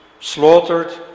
slaughtered